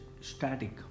static